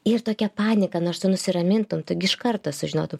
ir tokia panika nors tu nusiramintum tu gi iš karto sužinotum